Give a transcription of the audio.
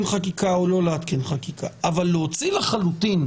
חקיקה או לא לעדכן חקיקה אבל להוציא לחלוטין